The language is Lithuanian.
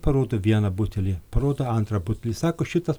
parodo vieną butelį parodo antrą butelį sako šitas